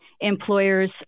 employers